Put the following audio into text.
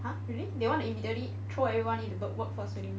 !huh! really they want to immediately throw everyone into the workforce already meh